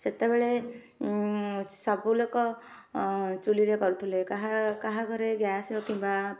ସେତେବେଳେ ସବୁଲୋକ ଚୁଲିରେ କରୁଥିଲେ କାହା କାହା ଘରେ ଗ୍ୟାସ କିମ୍ବା